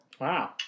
wow